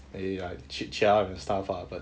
eh like chit chat and stuff lah but